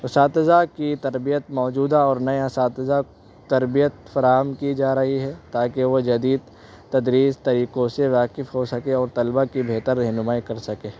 اساتذہ کی تربیت موجودہ اور نئے اساتذہ تربیت فراہم کی جا رہی ہے تاکہ وہ جدید تدریس طریقوں سے واقف ہو سکے اور طلبا کی بہتر رہنمائی کر سکے